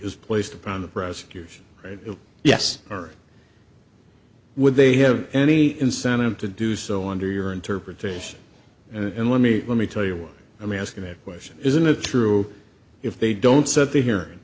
is placed upon the presenters yes or would they have any incentive to do so under your interpretation and let me let me tell you what i mean asking the question isn't it true if they don't set the he